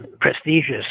prestigious